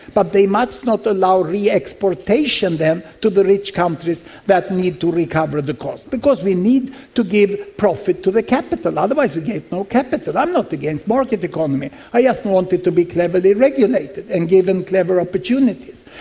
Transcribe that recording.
but they must not allow re-exportation then to the rich countries that need to recover the cost because we need to give profit to the capital, otherwise we get no capital. i'm not against market economy, i just and want it to be cleverly regulated and given clever opportunities.